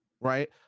right